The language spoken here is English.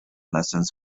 lessons